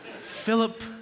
Philip